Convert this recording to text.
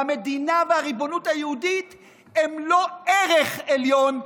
המדינה והריבונות היהודית הם לא ערך עליון,